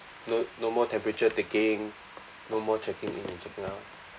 no no more temperature taking no more checking in and checking out